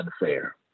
unfair